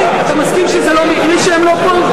אתה מסכים שזה לא מקרי שהם לא פה?